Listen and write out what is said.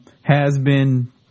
has-been